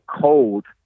cold